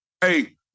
Hey